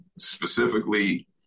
specifically